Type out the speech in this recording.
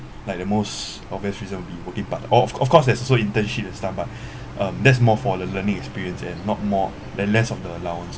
like the most obvious reason would be working part oh of course there's also internship and stuff but um that's more for the learning experience and not more than less of the allowance